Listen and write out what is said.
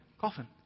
coffin